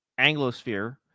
Anglosphere